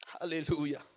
Hallelujah